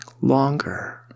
longer